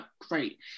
great